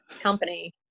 company